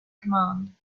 command